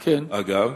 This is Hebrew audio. אגב,